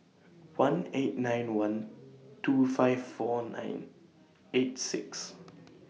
one eight nine one two five four nine eight six